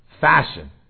Fashion